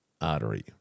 artery